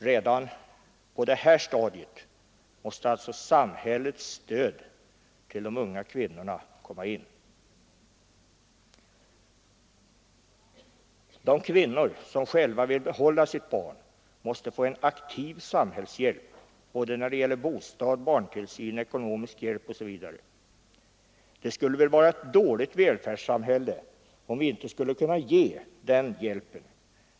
Redan på det här stadiet måste alltså samhällets stöd till de unga kvinnorna komma in. Och de kvinnor som själva vill behålla sitt barn måste få en aktiv samhällshjälp när det gäller bostad, barntillsyn, ekonomi osv. Det skulle väl vara ett dåligt välfärdssamhälle om vi inte skulle kunna ge den hjälpen.